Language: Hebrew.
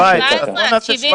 אז בואו נבדוק ב-17.